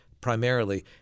primarily